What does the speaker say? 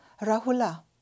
Rahula